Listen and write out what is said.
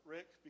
Rick